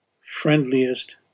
friendliest